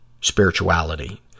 spirituality